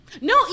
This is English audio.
No